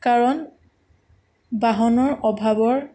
কাৰণ বাহনৰ অভাৱৰ